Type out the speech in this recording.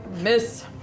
Miss